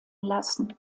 lassen